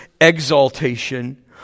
exaltation